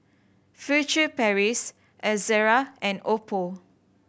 Furtere Paris Ezerra and oppo